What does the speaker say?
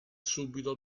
subito